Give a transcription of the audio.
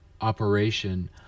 operation